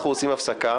אנחנו עושים הפסקה,